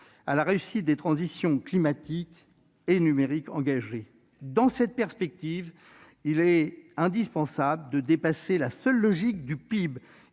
à la réussite des transitions climatique et numérique engagées. Dans cette perspective, il est indispensable de dépasser la seule logique du PIB,